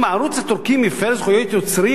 אם הערוץ הטורקי מפר זכויות יוצרים,